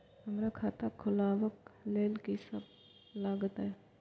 हमरा खाता खुलाबक लेल की सब लागतै?